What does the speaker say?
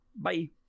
Bye